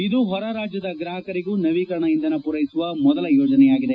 ಇದು ಹೊರ ರಾಜ್ಯದ ಗ್ರಾಹಕರಿಗೂ ನವೀಕರಣ ಇಂಧನ ಪೂರೈಸುವ ಮೊದಲ ಯೋಜನೆಯಾಗಿದೆ